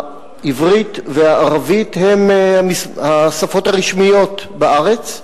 העברית והערבית הן השפות הרשמיות בארץ,